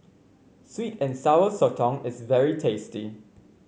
sweet and Sour Sotong is very tasty